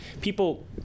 people